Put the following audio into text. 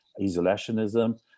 isolationism